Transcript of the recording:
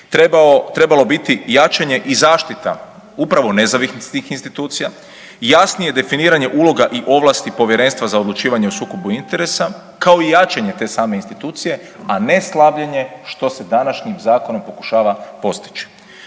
trebalo biti jačanje i zaštita upravo nezavisnih institucija, jasnije definiranje uloga i ovlasti Povjerenstva za odlučivanje o sukobu interesa kao i jačanje te same institucije, a ne slabljenje što se današnjim zakonom pokušava postići.